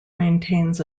maintains